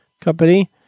company